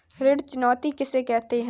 ऋण चुकौती किसे कहते हैं?